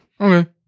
okay